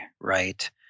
right